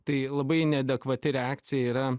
tai labai neadekvati reakcija yra